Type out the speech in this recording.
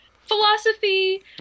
philosophy